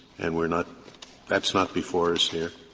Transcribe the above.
and we're not that's not before us here.